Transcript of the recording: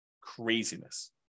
Craziness